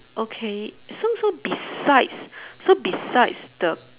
okay so so besides so besides the